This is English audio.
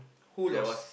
who lost